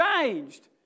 changed